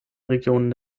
regionen